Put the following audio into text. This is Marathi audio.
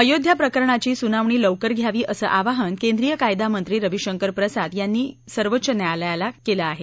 अयोध्याप्रकरणाची सुनावणी लवकर घ्यावी असं आवाहन केंद्रीय कायदा मंत्री रविशंकर प्रसाद यांनी सर्वोच्च न्यायालयाला पुन्हा केलं आहे